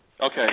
Okay